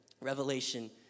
Revelation